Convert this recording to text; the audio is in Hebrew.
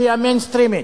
שהיא המיינסטרימית.